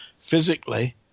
physically